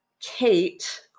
Kate